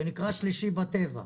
שנקרא "שלישי בטבע".